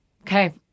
Okay